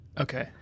Okay